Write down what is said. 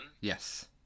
Yes